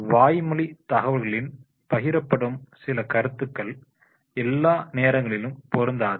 வாய்மொழி தகவல்களில் பகிரப்படும் சில கருத்துக்கள் எல்லா நேரங்களிலும் பொருந்தாது